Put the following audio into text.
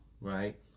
right